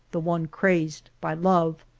the one crazed by love.